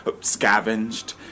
scavenged